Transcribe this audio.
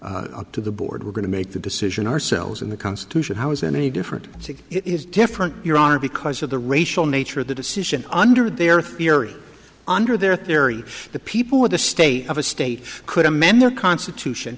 up to the board we're going to make the decision ourselves in the constitution how is any different is different your honor because of the racial nature of the decision under their theory under their theory the people of the state of a state could amend their constitution